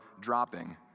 dropping